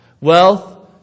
Wealth